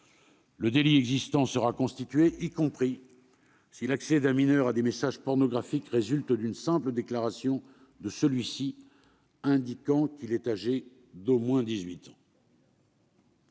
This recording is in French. Le délit existant sera constitué y compris si l'accès d'un mineur à des messages pornographiques résulte d'une simple déclaration de celui-ci indiquant qu'il est âgé d'au moins 18 ans.